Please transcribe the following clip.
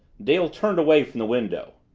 dale turned away from the window.